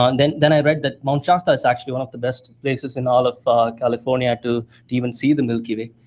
um then then i read that mount shasta is actually one of the best places in all of california to to even see the milky way.